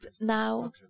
now